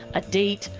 a date,